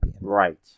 Right